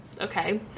Okay